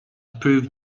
proved